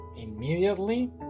immediately